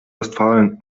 westfalen